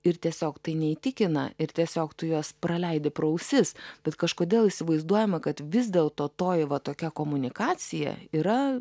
ir tiesiog tai neįtikina ir tiesiog tu juos praleidi pro ausis bet kažkodėl įsivaizduojama kad vis dėlto toji va tokia komunikacija yra